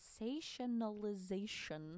sensationalization